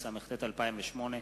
התשס"ט 2008,